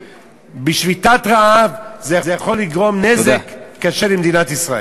בשביתת רעב יכולה לגרום לנזק קשה למדינת ישראל.